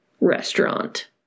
restaurant